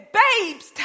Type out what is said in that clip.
babes